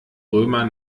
römer